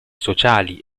sociali